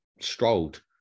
strolled